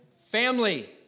family